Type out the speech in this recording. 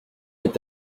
est